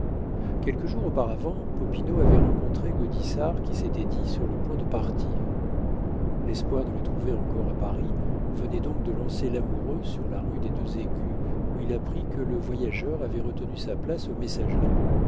quelques jours auparavant popinot avait rencontré gaudissart qui s'était dit sur le point de partir l'espoir de le trouver encore à paris venait donc de lancer l'amoureux sur la rue des deux écus où il apprit que le voyageur avait retenu sa place aux messageries